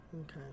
Okay